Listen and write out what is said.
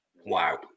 Wow